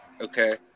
okay